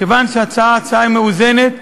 כיוון שההצעה היא הצעה מאוזנת.